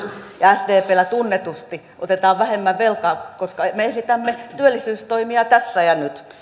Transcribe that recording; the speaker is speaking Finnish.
sdpllä tunnetusti otetaan vähemmän velkaa koska me esitämme työllisyystoimia tässä ja nyt